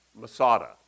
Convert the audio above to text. Masada